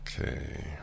okay